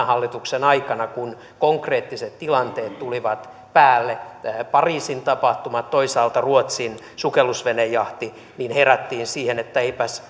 hallituksen aikana kun konkreettiset tilanteet tulivat päälle pariisin tapahtumat toisaalta ruotsin sukellusvenejahti herättiin siihen että eipäs